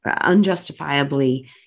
unjustifiably